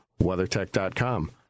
WeatherTech.com